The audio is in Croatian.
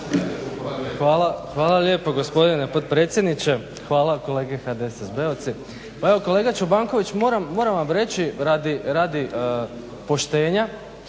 Hvala lijepa gospodine potpredsjedniče, hvala kolege HDSSB-ovci. Pa evo kolega Čobanković, moram vam reći radi poštenja